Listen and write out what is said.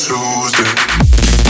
Tuesday